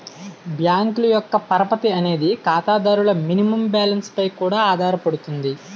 బ్యాంకుల యొక్క పరపతి అనేది ఖాతాదారుల మినిమం బ్యాలెన్స్ పై కూడా ఆధారపడుతుంది